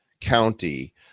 County